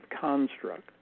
construct